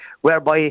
whereby